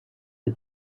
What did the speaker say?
the